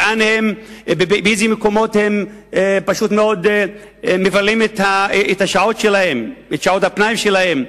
באיזה מקומות הם מבלים את שעות הפנאי שלהם,